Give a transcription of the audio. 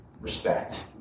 Respect